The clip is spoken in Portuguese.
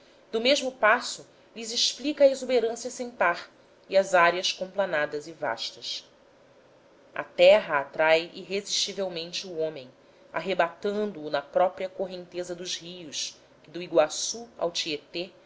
do mesmo passo lhes explica a exuberância sem par e as áreas complanadas e vastas a terra atrai irresistivelmente o homem arrebatando o na própria correnteza dos rios que do iguaçu ao tietê